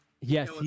Yes